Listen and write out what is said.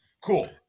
Cool